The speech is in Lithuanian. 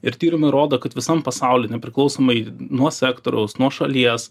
ir tyrimai rodo kad visam pasauly nepriklausomais nuo sektoriaus nuo šalies